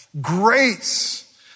grace